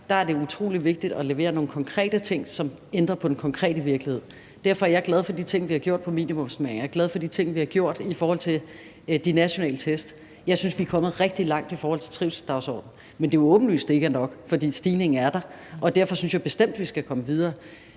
mig er det utrolig vigtigt at levere nogle konkrete ting, som ændrer på den konkrete virkelighed. Derfor er jeg glad for de ting, vi har gjort i forhold til minimumsnormeringer, og jeg er glad for de ting, vi har gjort i forhold til de nationale test. Jeg synes, vi er kommet rigtig langt i forhold til trivselsdagsordenen. Men det er jo åbenlyst, at det ikke er nok, for stigningen er der, og derfor synes jeg bestemt, vi skal komme videre.